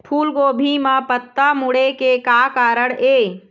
फूलगोभी म पत्ता मुड़े के का कारण ये?